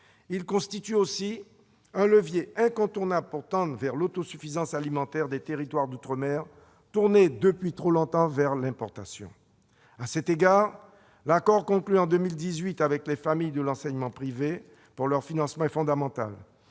Il constitue aussi un levier incontournable pour tendre vers l'autosuffisance alimentaire des territoires d'outre-mer, tournés depuis trop longtemps vers l'importation. À cet égard, l'accord conclu en 2018 avec les familles de l'enseignement privé en termes de financement est fondamental.